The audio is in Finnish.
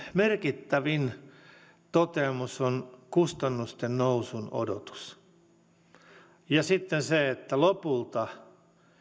merkittävin toteamus on kustannusten nousun odotus se että lopulta